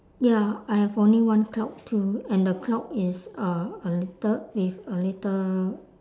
ya I have only one cloud too and the cloud is uh a little with a little